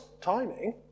timing